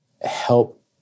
help